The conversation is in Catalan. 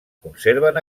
conserven